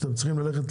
שאתם צריכים ללכת